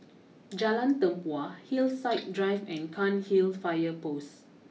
Jalan Tempua Hillside Drive and Cairnhill fire post